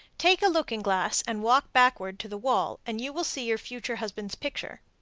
take a looking-glass and walk backwards to the wall, and you will see your future husband's picture.